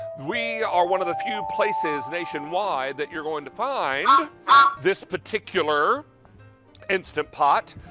we are one of the few places nationwide that you're going to find this particular instant pot.